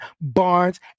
Barnes